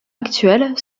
actuel